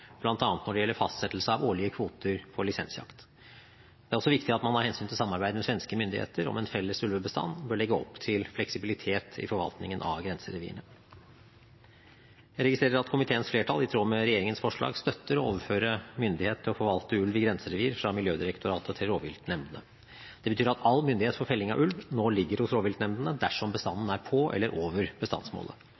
når det gjelder fastsettelse av årlige kvoter for lisensjakt. Det er også viktig at man av hensyn til samarbeid med svenske myndigheter om en felles ulvebestand bør legge opp til fleksibilitet i forvaltningen av grenserevirene. Jeg registrerer at komiteens flertall, i tråd med regjeringens forslag, støtter å overføre myndighet til å forvalte ulv i grenserevir fra Miljødirektoratet til rovviltnemndene. Det betyr at all myndighet for felling av ulv nå ligger hos rovviltnemndene dersom bestanden